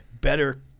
better